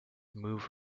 move